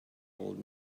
old